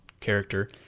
character